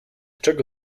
czego